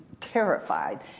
terrified